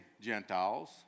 Gentiles